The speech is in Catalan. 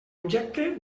objecte